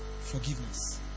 Forgiveness